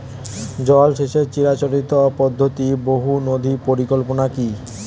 জল সেচের চিরাচরিত পদ্ধতি বহু নদী পরিকল্পনা কি?